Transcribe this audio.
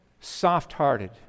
soft-hearted